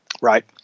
Right